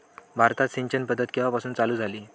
भारतात सिंचन पद्धत केवापासून चालू झाली?